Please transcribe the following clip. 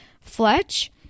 Fletch